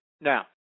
Now